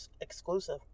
exclusive